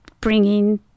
bringing